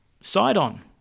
Sidon